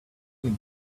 you